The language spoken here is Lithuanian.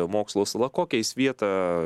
mokslo sala kokią jis vietą